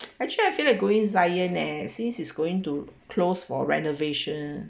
actually I feel like going zion leh since it's going to close for renovation